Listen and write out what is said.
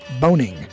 Boning